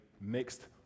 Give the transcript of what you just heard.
mixed